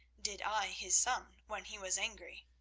did i, his son, when he was angry.